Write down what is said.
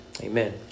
Amen